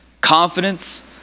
Confidence